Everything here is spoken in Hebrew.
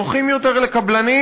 נוחים יותר לקבלנים,